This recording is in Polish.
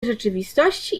rzeczywistości